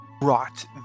brought